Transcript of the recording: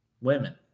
women